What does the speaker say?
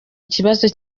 ikibazo